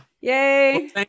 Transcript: Yay